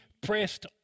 pressed